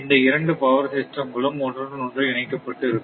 இந்த இரண்டு power system களும் ஒன்றுடன் ஒன்று இணைக்கப்பட்டு இருக்கும்